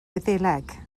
wyddeleg